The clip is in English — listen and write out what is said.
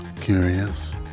curious